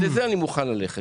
על זה אני מוכן ללכת.